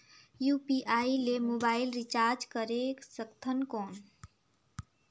UPI ले mobile recharge करे सकथन कौन?